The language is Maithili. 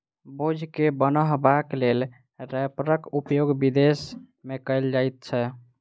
बोझ के बन्हबाक लेल रैपरक उपयोग विदेश मे कयल जाइत छै